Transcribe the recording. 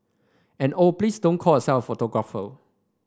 and oh please don't call yourself a photographer